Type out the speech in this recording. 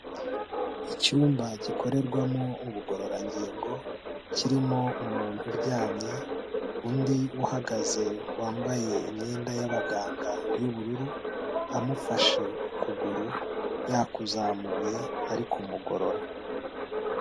Icyumba gikorerwamo ubugororangingo kirimo umuntu uryamye, undi uhagaze wambaye imyenda y'abaganga y'ubururu, amufashe ukuguru yakuzamuye, ari kumugorora.